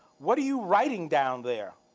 what are you writing down there,